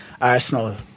Arsenal